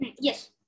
Yes